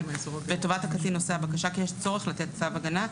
לטובת הקטין נושא הבקשה כי יש צורך לתת צו הגנה,